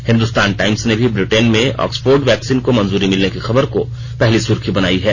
Hindustan Times ने भी Britain में ऑक्सफोर्ड वैक्सीन को मंजूरी मिलने की खबर को पहली सुर्खी बनाई है